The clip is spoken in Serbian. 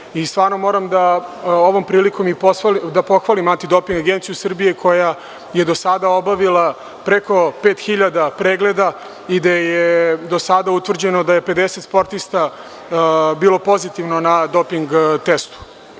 Ovom prilikom stvarno moram i da pohvalim Antidoping agenciju Srbije, koja je do sada obavila preko 5.000 pregleda, gde je do sada utvrđeno da je 50 sportista bilo pozitivno na doping testu.